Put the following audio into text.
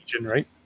right